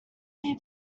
who